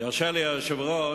ירשה לי היושב-ראש,